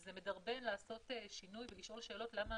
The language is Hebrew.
וזה מדרבן לעשות שינוי ולשאול שאלות - למה